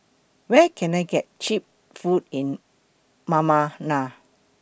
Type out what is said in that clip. Where Can I get Cheap Food in Ma Ma La